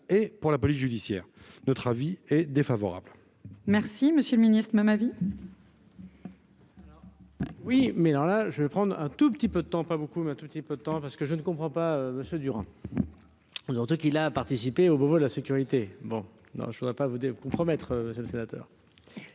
et pour la police judiciaire, notre avis est défavorable. Merci, monsieur le Ministre, ma ma vie. Oui, mais alors là, je vais prendre un tout petit peu de temps, pas beaucoup mais un tout petit peu de temps parce que je ne comprends pas, Monsieur Durand, vous, surtout qu'il a participé au mauvais la sécurité bon non, je ne voudrais pas vous devez compromettre le sénateur